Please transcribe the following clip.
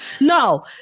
No